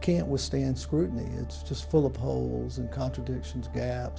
can't withstand scrutiny it's just full of holes and contradictions gap